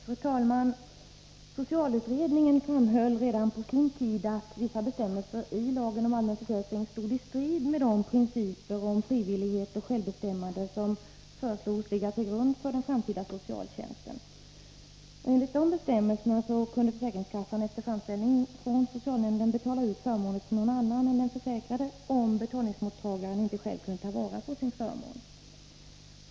Fru talman! Socialutredningen framhöll redan på sin tid att vissa bestämmelser i lagen om allmän försäkring stod i strid med de principer om frivillighet och självbestämmande som föreslogs ligga till grund för den framtida socialtjänsten. Enligt de bestämmelserna kunde försäkringskassan efter framställning från socialnämnden betala ut förmåner till någon annan än den försäkrade om betalningsmottagaren inte själv kunde ta vara på sin förmån.